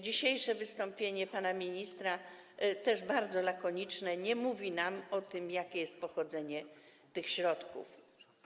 Dzisiejsze wystąpienie pana ministra, też bardzo lakoniczne, nie mówi nam, jakie jest pochodzenie tych środków.